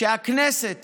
שהכנסת